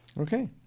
Okay